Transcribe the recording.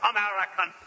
American